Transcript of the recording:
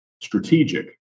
strategic